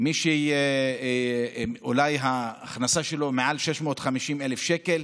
מי שאולי ההכנסה שלו מעל 650,000 שקל.